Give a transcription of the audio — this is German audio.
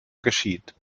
geschieht